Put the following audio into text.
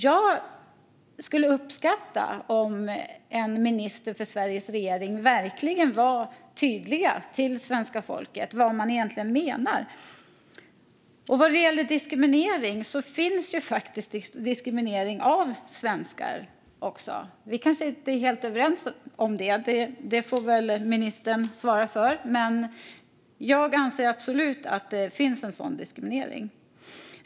Jag skulle uppskatta om en minister i Sveriges regering verkligen var tydlig till svenska folket med vad den egentligen menar. Vad gäller diskriminering finns det ju faktiskt också diskriminering av svenskar. Vi kanske inte är helt överens om detta - det får väl ministern svara för - men jag anser absolut att det finns en sådan diskriminering.